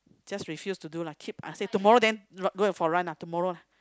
just refuse to do lah keep as say tomorrow then go and for run ah tomorrow lah